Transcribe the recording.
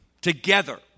together